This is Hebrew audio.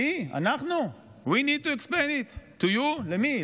we need to explain it to you?, למי?